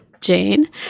Jane